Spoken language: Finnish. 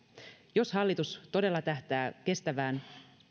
jos hallitus todella tähtää kestävään